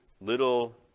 little